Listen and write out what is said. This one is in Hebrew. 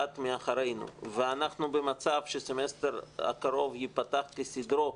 מאחורינו ואנחנו במצב שהסמסטר הקרוב ייפתח כסדרו,